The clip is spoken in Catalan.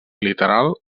literal